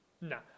No